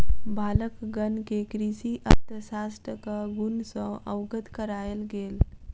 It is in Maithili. बालकगण के कृषि अर्थशास्त्रक गुण सॅ अवगत करायल गेल